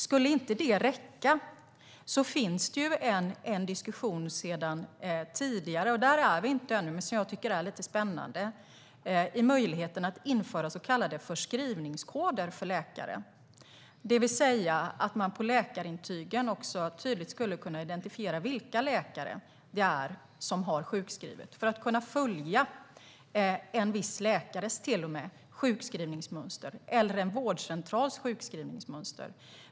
Om inte detta skulle räcka förs det en diskussion sedan tidigare om möjligheten att införa så kallade förskrivningskoder för läkare. Där är vi inte ännu, men jag tycker att det är lite spännande. Man skulle alltså på läkarintygen tydligt kunna identifiera vilka läkare det är som har sjukskrivit för att till och med kunna följa en viss läkares eller en viss vårdcentrals sjukskrivningsmönster.